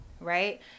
right